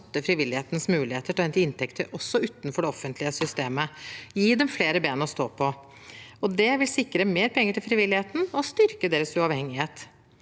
frivillighetens muligheter til å hente inntekter også utenfor det offentlige systemet, gi dem flere ben å stå på. Det vil sikre mer penger til frivilligheten og styrke deres uavhengighet.